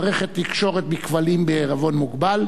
מערכות תקשורת בכבלים בע"מ",